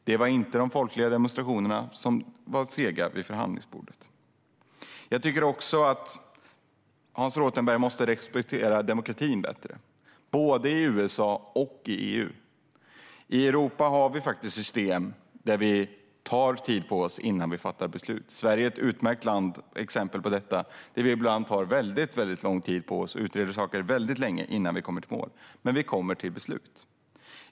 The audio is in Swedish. Det var inte de folkliga demonstrationerna som var sega vid förhandlingsbordet. Jag tycker också att Hans Rothenberg måste respektera demokratin bättre, både i USA och i EU. I Europa har vi faktiskt system där vi tar tid på oss innan vi fattar beslut. Sverige är ett utmärkt exempel på detta - vi tar ibland mycket lång tid på oss och utreder saker väldigt länge innan vi kommer i mål. Men vi kommer till beslut.